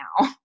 now